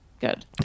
Good